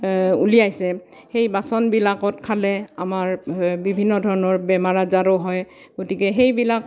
উলিয়াইছে সেই বাচনবিলাকত খালে আমাৰ বিভিন্ন ধৰণৰ বেমাৰ আজাৰো হয় গতিকে সেইবিলাক